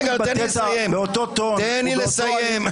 באותו טון,